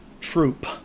troop